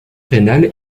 rénale